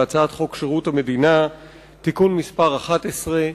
בהצעת חוק שירות המדינה (תיקון מס' 11),